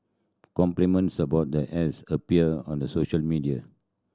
complements about the haze appeared on the social media